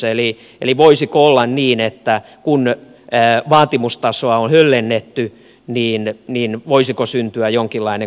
eli väli voisiko olla niin että kun vaatimustasoa on höllennetty niin voisiko syntyä jonkinlainen korvausvelvollisuus